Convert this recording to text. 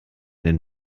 den